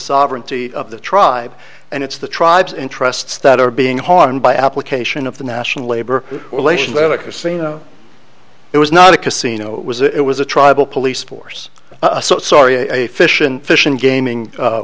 sovereignty of the tribe and it's the tribes and trusts that are being harmed by application of the national labor relations at a casino it was not a casino was it was a tribal police force a so sorry a a fish and fish and gaming